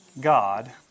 God